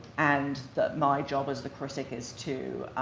and the, my job, as the critic, is to